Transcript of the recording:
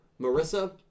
Marissa